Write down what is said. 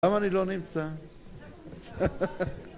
למה אני לא נמצא?